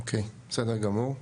אוקיי, בסדר גמור.